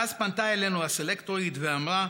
ואז פנתה אלינו הסלקטורית ואמרה